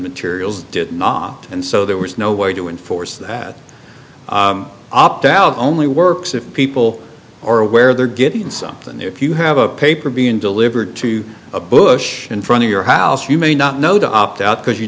materials did not and so there was no way to enforce that opt out only works if people are aware they're getting something if you have a paper being delivered to a bush in front of your house you may not know to opt out because you